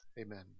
Amen